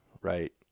right